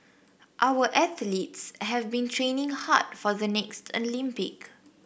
our athletes have been training hard for the next Olympic